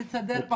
לסדר,